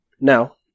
Now